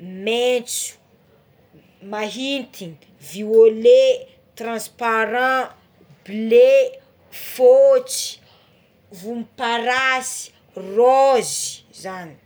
maitso, mahintiny, violet, transparant, bleu, fôtsy, voloparasy, raozy zagny.